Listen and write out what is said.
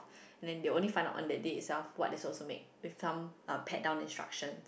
and then they will only find out on the day itself what is also made with some uh pad down instructions